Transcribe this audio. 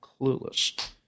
clueless